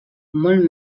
molt